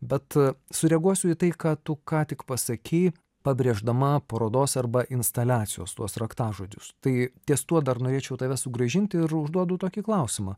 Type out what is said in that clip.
bet sureaguosiu į tai ką tu ką tik pasakei pabrėždama parodos arba instaliacijos tuos raktažodžius tai ties tuo dar norėčiau tave sugrąžinti ir užduodu tokį klausimą